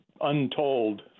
untold